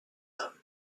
hommes